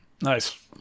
Nice